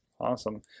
Awesome